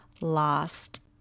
lost